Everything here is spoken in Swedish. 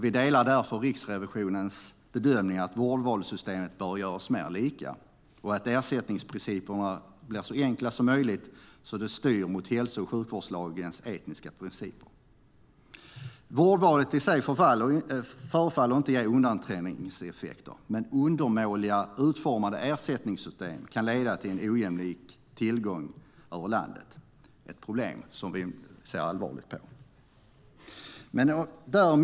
Vi delar därför Riksrevisionens bedömning att vårdvalssystemet bör göras mer lika och att ersättningsprinciperna bör bli så enkla som möjligt så att de styr mot hälso och sjukvårdslagens etiska principer. Vårdvalet i sig förefaller inte ge undanträngningseffekter, men undermåligt utformade ersättningssystem kan leda till ojämlik tillgång över landet. Det är ett problem som vi ser allvarligt på.